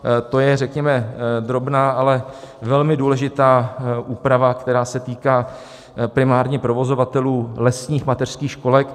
To je řekněme drobná, ale velmi důležitá úprava, která se týká primárně provozovatelů lesních mateřských školek.